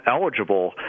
eligible